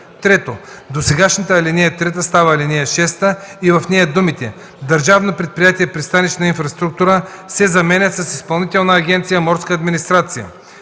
3. Досегашната ал. 3 става ал. 6 и в нея думите „Държавно предприятие „Пристанищна инфраструктура” се заменят с „Изпълнителна агенция „Морска администрация”;